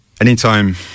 anytime